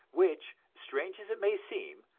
which, strange as it may seem,